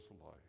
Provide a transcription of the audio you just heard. life